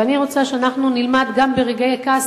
ואני רוצה שאנחנו נלמד גם ברגעי הכעס